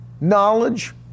knowledge